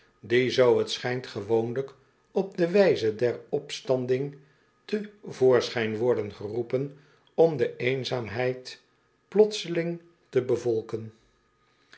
die zoo t schijnt gewoonlijk op de wijze der opstanding te voorschijn worden geroepen om de eenzaamheid plotseling te bevolken